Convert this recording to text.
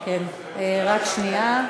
רק שנייה.